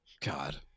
God